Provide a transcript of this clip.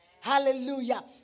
Hallelujah